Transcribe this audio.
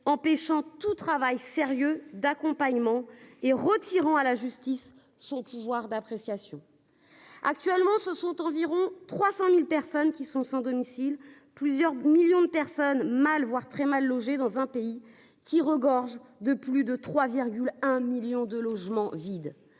empêchant tout travail sérieux d'accompagnement et retirant à la justice, son pouvoir d'appréciation. Actuellement, ce sont environ 300.000 personnes qui sont sans domicile plusieurs millions de personnes mal, voire très mal logés dans un pays qui regorge de plus de 3,1 millions de logements vides.